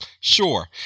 sure